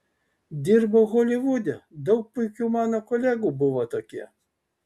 dirbau holivude daug puikių mano kolegų buvo tokie